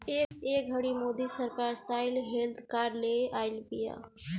ए घड़ी मोदी सरकार साइल हेल्थ कार्ड ले आइल बिया